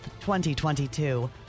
2022